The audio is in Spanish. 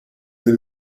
del